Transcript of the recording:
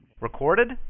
Recorded